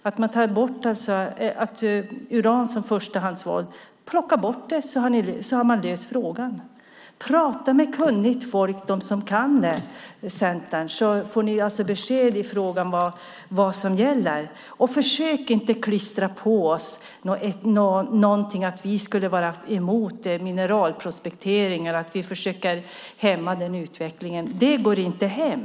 Om man plockar bort uran som förstahandsval har man löst frågan. Prata med kunnigt folk, Centern! Då får ni besked om vad som gäller i frågan. Försök inte klistra på oss att vi skulle vara emot mineralprospektering eller att vi försöker hämma den utvecklingen! Det går inte hem.